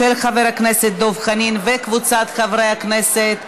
של חבר הכנסת דב חנין וקבוצת חברי הכנסת,